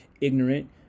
ignorant